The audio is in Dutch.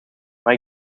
maar